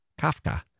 Kafka